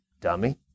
dummy